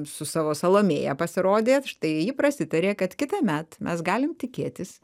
su savo salomėja pasirodė štai ji prasitarė kad kitąmet mes galim tikėtis